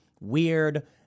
weird